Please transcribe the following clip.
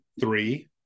three